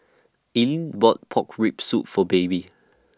Ilene bought Pork Rib Soup For Baby